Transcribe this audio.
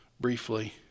briefly